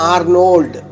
Arnold